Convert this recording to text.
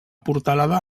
portalada